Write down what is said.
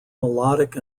melodic